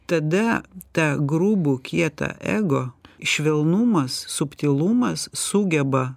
tada tą grubų kietą ego švelnumas subtilumas sugeba